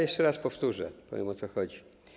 Jeszcze raz powtórzę, powiem, o co chodzi.